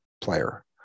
player